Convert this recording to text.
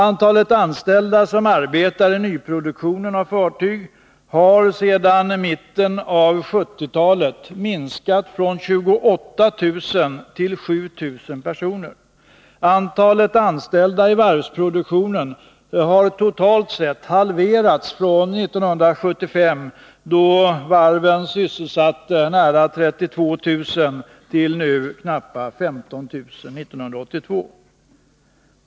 Antalet anställda som arbetar i nyproduktion av fartyg har sedan mitten av 1970-talet minskat från 28 000 till 7000 personer. Antalet anställda i varvsproduktionen totalt har halverats från 1975, då varven sysselsatte nära 32 000, till knappa 15 000 år 1982.